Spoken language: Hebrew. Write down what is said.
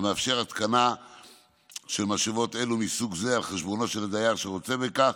שמאפשר התקנה של משאבות מסוג זה על חשבונו של הדייר שרוצה בכך,